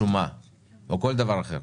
שומה או כל דבר אחר,